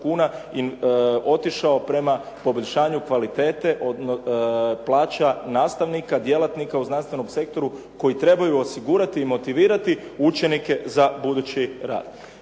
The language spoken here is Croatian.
otišao prema poboljšanju kvalitete plaća nastavnika, djelatnika u znanstvenom sektoru koji trebaju osigurati i motivirati učenike za budući rad.